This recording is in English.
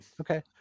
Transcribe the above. Okay